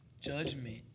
judgment